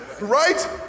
Right